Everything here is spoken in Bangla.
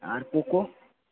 আর পোকো